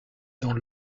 dans